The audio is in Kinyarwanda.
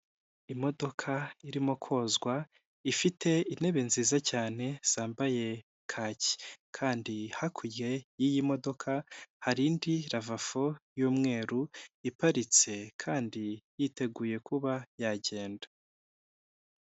Imodoka irimo kozwa ifite intebe nziza cyane zambaye kaki kandi hakurya y'iyi modoka hari indi lavafo y'umweru iparitse, kandi yiteguye kuba yagenda.